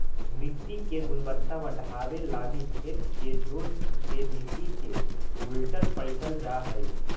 मट्टी के गुणवत्ता बढ़ाबे लागी खेत के जोत के मट्टी के उलटल पलटल जा हई